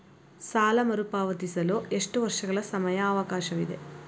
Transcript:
ಸಾಲ ಮರುಪಾವತಿಸಲು ಎಷ್ಟು ವರ್ಷಗಳ ಸಮಯಾವಕಾಶವಿದೆ?